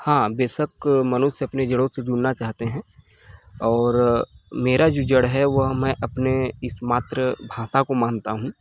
हाँ बेशक मनुष्य अपनी जड़ों से जुड़ना चाहते हैं और मेरा जो जड़ है वह मैं अपने इस मातृ भाषा को मानता हूँ